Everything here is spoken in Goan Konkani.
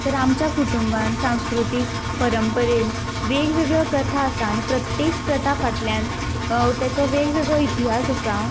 तर आमचे कुटूंबात सांस्कृतीक परंपरेंत वेगवेगळी प्रथा आसा आनी प्रत्येक प्रथा फाटल्यान तेचो वेगवेगळो इतिहास आसा